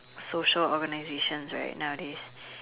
social organisations right nowadays